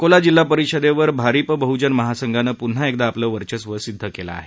अकोला जिल्हा परिषदेवर भारिप बह्जन महासंघान प्न्हा एकदा आपलं वर्चस्व सिद्ध केलं आहे